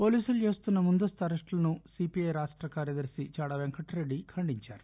పోలీసులు చేస్తున్న ముందస్తు అరెస్టులను సీపీఐ రాష్ట కార్యదర్పి చాడా పెంకట్ రెడ్డి ఖండించారు